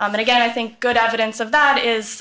am and again i think good evidence of that is